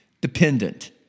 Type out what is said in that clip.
dependent